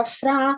fra